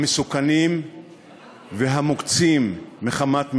המסוכנים והמוקצים מחמת מיאוס,